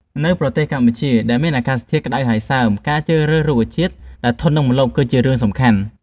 នៅប្រទេសកម្ពុជាដែលមានអាកាសធាតុក្តៅ និងសើម ការជ្រើសរើសរុក្ខជាតិដែលធន់នឹងម្លប់គឺជារឿងសំខាន់បំផុត